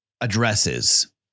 addresses